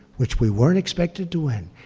which we weren't expected to win,